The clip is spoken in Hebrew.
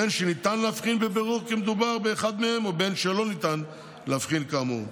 בין שניתן להבחין בבירור כי מדובר באחד מהם ובין שלא ניתן להבחין כאמור.